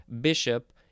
bishop